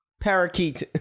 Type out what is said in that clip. parakeet